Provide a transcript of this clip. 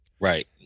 Right